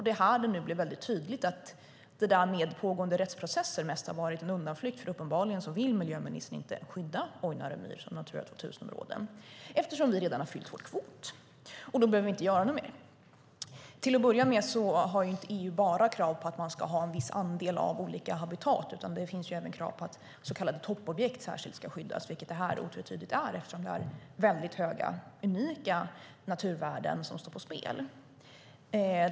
Det är nu det blir väldigt tydligt att det där med pågående rättsprocesser nästan har varit en undanflykt, för uppenbarligen vill miljöministern inte skydda Ojnare myr som Natura 2000-område. Eftersom vi redan har fyllt vår kvot behöver vi inte göra något mer. Till att börja med har EU inte bara krav på att man ska ha en viss andel av olika habitat, utan det finns även krav på att så kallade toppobjekt särskilt ska skyddas, vilket detta otvetydigt är eftersom det är väldigt höga, unika naturvärden som står på spel.